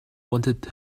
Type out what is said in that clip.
wanted